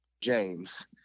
James